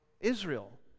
Israel